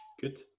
good